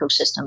ecosystem